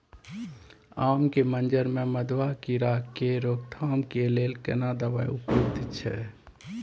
आम के मंजर में मधुआ कीरा के रोकथाम के लेल केना दवाई उपयुक्त छै?